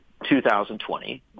2020